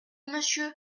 monsieur